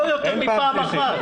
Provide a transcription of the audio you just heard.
לא יותר מפעם אחת.